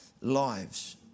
lives